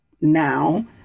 now